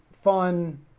Fun